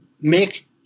make